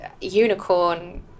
unicorn